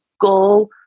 go